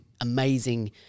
amazing